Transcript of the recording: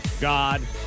God